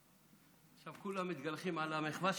עכשיו כולם מתגלחים על המחווה שלך?